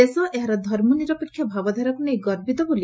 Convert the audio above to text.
ଦେଶ ଏହାର ଧର୍ମ ନିରପେକ୍ଷ ଭାବଧାରାକୁ ନେଇ ଗର୍ବିତ ବୋଲି